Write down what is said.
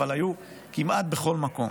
היו כמעט בכל מקום.